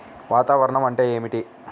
వాతావరణం అంటే ఏమిటి?